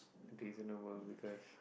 do this in the world because